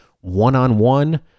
One-on-one